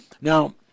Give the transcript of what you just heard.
Now